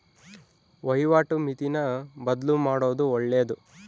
ವಹಿವಾಟು ಮಿತಿನ ಬದ್ಲುಮಾಡೊದು ಒಳ್ಳೆದು